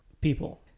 people